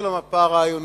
של המפה הרעיונית.